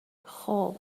خوب